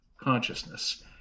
consciousness